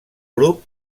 grup